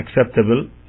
acceptable